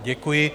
Děkuji.